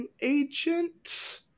agent